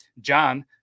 John